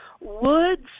Woods